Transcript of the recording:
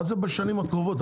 מה זה בשנים הקרובות?